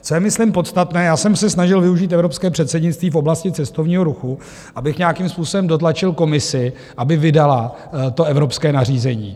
Co je myslím podstatné, já jsem se snažil využít evropské předsednictví v oblasti cestovního ruchu, abych nějakým způsobem dotlačil Komisi, aby vydala evropské nařízení.